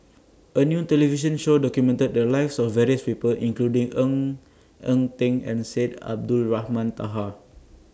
A New television Show documented The Lives of various People including Ng Eng Teng and Syed Abdulrahman Taha